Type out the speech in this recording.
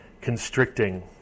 constricting